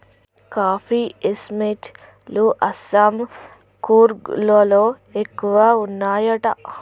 coffee estate లు అస్సాం, కూర్గ్ లలో ఎక్కువ వున్నాయట